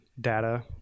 data